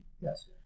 Yes